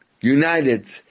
united